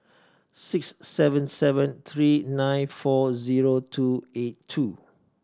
six seven seven three nine four zero two eight two